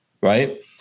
right